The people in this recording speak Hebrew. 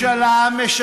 וכשראש הממשלה משקר,